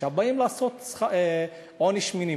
עכשיו באים לעשות עונש מינימום,